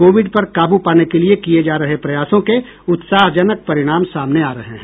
Covid पर काबू पाने के लिए किए जा रहे प्रयासों के उत्साहजनक परिणाम सामने आ रहे हैं